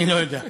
אני לא יודע.